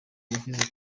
yashyize